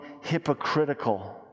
hypocritical